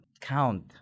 count